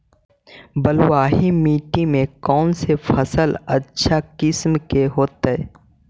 बलुआही मिट्टी में कौन से फसल अच्छा किस्म के होतै?